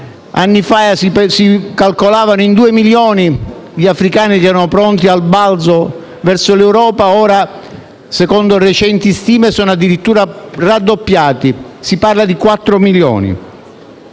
anni fa si calcolavano in due milioni gli africani pronti al balzo verso l'Europa; ora, secondo recenti stime, sono addirittura raddoppiati e si parla di quattro milioni.